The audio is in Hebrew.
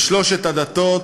לשלוש הדתות,